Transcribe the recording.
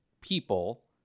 people